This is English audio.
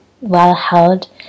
well-held